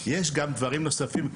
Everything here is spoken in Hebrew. יש גם דברים נוספים,